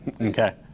okay